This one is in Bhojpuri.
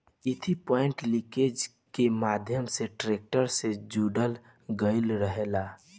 इ थ्री पॉइंट लिंकेज के माध्यम से ट्रेक्टर से जोड़ल गईल रहेला